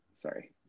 sorry